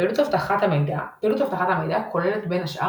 פעילות אבטחת מידע כוללת בין השאר,